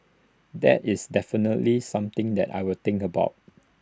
that is definitely something that I will think about